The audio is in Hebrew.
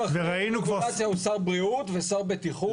וראינו כבר --- השר האחראי על הרגולציה הוא שר בריאות ושר בטיחות.